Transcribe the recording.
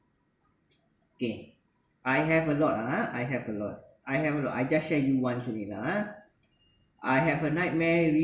okay I have a lot ah ah I have a lot I have a lot I just share you once only lah ah I have a nightmare